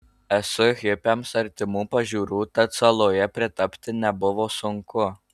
esu hipiams artimų pažiūrų tad saloje pritapti nebuvo sunku